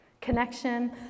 connection